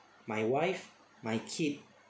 my wife my kid